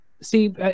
See